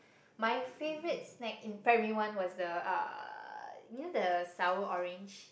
my favourite snack in primary one was the uh you know the sour orange